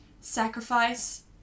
sacrifice